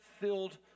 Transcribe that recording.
filled